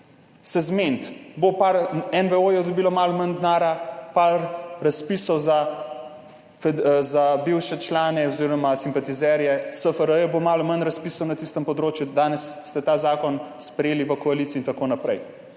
se zmeniti. Bo par NBO dobilo malo manj denarja, par razpisov za bivše člane oziroma simpatizerje SFRJ, bo malo manj razpisov na tistem področju, danes ste ta zakon sprejeli v koaliciji in tako naprej.